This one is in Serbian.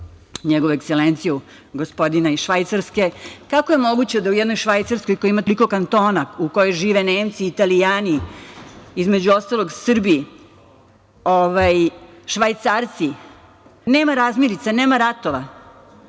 nas u gostima, gospodina NjE iz Švajcarske, kako je moguće da u jednoj Švajcarskoj koja ima toliko kantona u kojoj žive Nemci, Italijani, između ostalog i Srbi, Švajcarci, nema razmirica, nema ratova?